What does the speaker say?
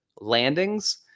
landings